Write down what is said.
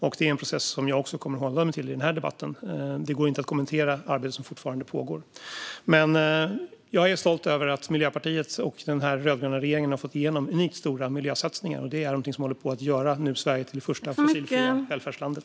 Det är också en process som jag kommer att hålla mig till i den här debatten. Det går inte att kommentera arbete som fortfarande pågår. Men jag är stolt över att Miljöpartiet och den här rödgröna regeringen har fått igenom unikt stora miljösatsningar. Det är något som nu håller på att göra Sverige till det första fossilfria välfärdslandet.